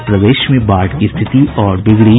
और प्रदेश में बाढ़ की स्थिति और बिगड़ी